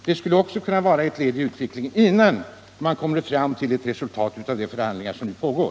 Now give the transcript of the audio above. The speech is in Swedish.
Det skulle kunna vara ett led i utvecklingen, innan man når ett resultat i de förhandlingar som nu pågår.